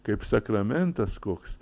kaip sakramentas koks